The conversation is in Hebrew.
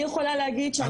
אני יכולה להגיד ש...